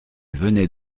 venait